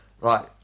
right